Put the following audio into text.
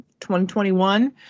2021